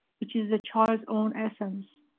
which is the child's own essence.